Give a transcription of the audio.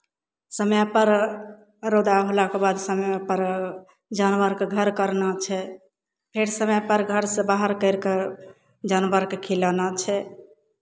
समयपर रौदा होलाके बाद समयपर जानवरके घर करना छै फेर समयपर घरसँ बाहर करि कऽ जानवरके खिलाना छै